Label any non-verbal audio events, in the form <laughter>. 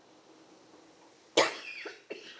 <coughs>